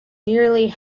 nearly